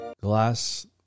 Glass